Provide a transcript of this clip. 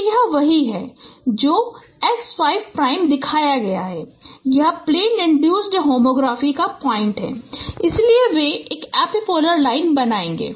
तो यह वही है जो x 5 प्राइम दिखाया गया है और यह प्लेन इन्ड्यूसड होमोग्राफी पॉइंट है इसलिए वे एक एपिपोलर लाइन बनाएंगे